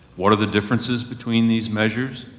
what are the differences between these measures,